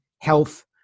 health